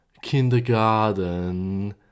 kindergarten